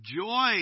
Joy